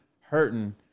hurting